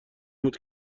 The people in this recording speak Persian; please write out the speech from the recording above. بود